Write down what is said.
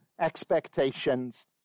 expectations